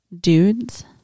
Dudes